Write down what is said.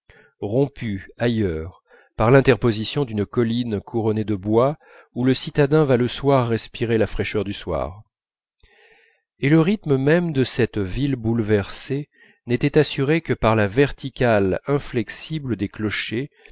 rompu ailleurs par l'interposition d'une colline couronnée de bois où le citadin va le soir respirer la fraîcheur du soir et le rythme même de cette ville bouleversée n'était assuré que par la verticale inflexible des clochers